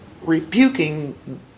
rebuking